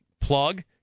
plug